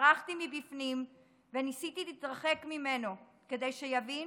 צרחתי מבפנים וניסיתי להתרחק ממנו כדי שיבין